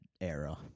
era